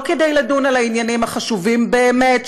לא כדי לדון בעניינים החשובים באמת,